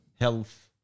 health